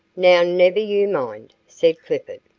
now, never you mind, said clifford.